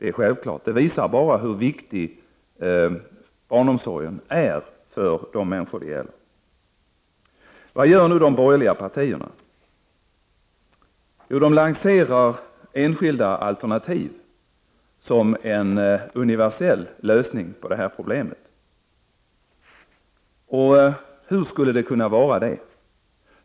Men detta visar bara hur viktig barnomsorgen är för de människor som efterfrågar sådan. Vad gör de borgerliga partierna? Jo, de lanserar enskilda alternativ som en universell lösning på problemet. Men hur skulle det vara möjligt?